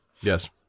yes